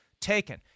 taken